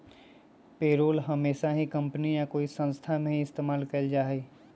payroll हमेशा ही company या कोई संस्था में ही इस्तेमाल कइल जाहई